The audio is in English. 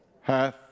hath